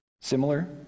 Similar